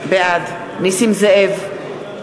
בעד נסים זאב,